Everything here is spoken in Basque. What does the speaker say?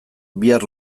bihar